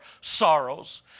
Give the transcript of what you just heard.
sorrows